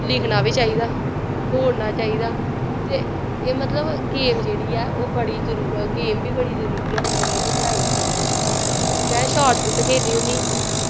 लिखना वी चाहिदा दौड़ना चाहिदा ते एह् मतलव गेम जेह्ड़ी ऐ ओह् बड़ी जरूरी गेम बी बड़ी जरूरी ऐ बच्चें ताईं ते पढ़ाई बी बड़ी जरूरी ऐ ते मैं शार्ट पुट्ट खेलनी होन्नी